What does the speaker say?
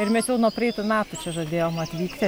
ir mes jau nuo praeitų metų čia žadėjom atvykti